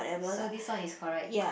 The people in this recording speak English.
so this one is correct